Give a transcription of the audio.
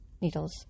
needles